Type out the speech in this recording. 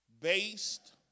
based